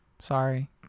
sorry